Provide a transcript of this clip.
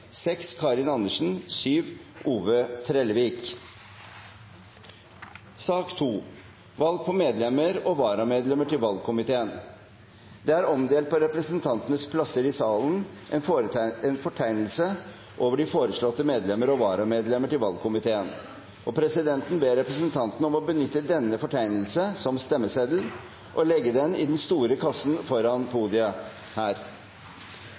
Karin Andersen og Ove Trellevik. Det er på representantenes plasser i salen omdelt en fortegnelse over de foreslåtte medlemmer og varamedlemmer av valgkomiteen, og presidenten ber representantene om å benytte denne fortegnelsen som stemmeseddel og legge den i den store kassen foran podiet her.